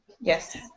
Yes